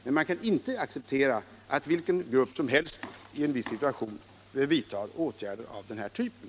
Men man kan inte acceptera att vilken grupp som helst i en viss situation vidtar åtgärder av den här typen.